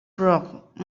broke